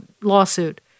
lawsuit